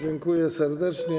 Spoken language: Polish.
Dziękuję serdecznie.